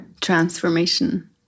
Transformation